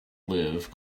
live